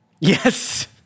Yes